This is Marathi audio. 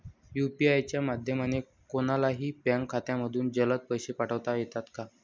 यू.पी.आय च्या माध्यमाने कोणलाही बँक खात्यामधून जलद पैसे पाठवता येतात का?